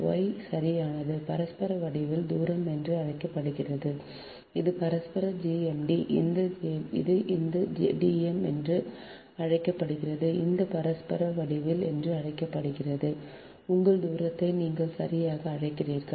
Y சரியானது பரஸ்பர வடிவியல் தூரம் என்று அழைக்கப்படுகிறது இது பரஸ்பர GMD இது இந்த D m என்று அழைக்கப்படுகிறது அந்த பரஸ்பர வடிவியல் என்று அழைக்கப்படுகிறது உங்கள் தூரத்தை நீங்கள் சரியாக அழைக்கிறீர்கள்